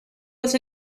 was